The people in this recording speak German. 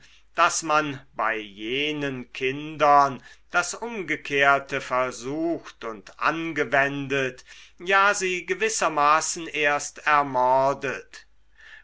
daß man bei jenen kindern das umgekehrte versucht und angewendet ja sie gewissermaßen erst